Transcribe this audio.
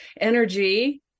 energy